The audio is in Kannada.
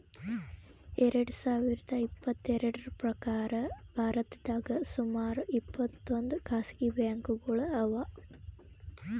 ಎರಡ ಸಾವಿರದ್ ಇಪ್ಪತ್ತೆರಡ್ರ್ ಪ್ರಕಾರ್ ಭಾರತದಾಗ್ ಸುಮಾರ್ ಇಪ್ಪತ್ತೊಂದ್ ಖಾಸಗಿ ಬ್ಯಾಂಕ್ಗೋಳು ಅವಾ